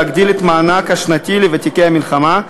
להגדיל את המענק השנתי לוותיקי המלחמה,